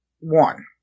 one